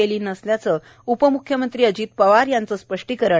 केली नसल्याचं उपमुख्यमंत्री अजित पवार यांचं स्पष्टीकरण